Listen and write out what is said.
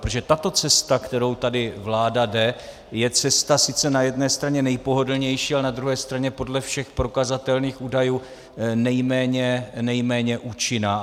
Protože tato cesta, kterou tady vláda jde, je cesta sice na jedné straně nejpohodlnější, ale na druhé straně podle všech prokazatelných údajů nejméně účinná.